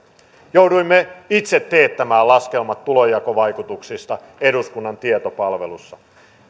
jouduimme itse teettämään laskelmat tulonjakovaikutuksista eduskunnan tietopalvelussa